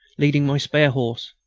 leading my spare horse.